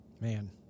Man